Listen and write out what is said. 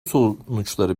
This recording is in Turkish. sonuçları